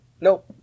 Nope